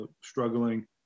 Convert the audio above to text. struggling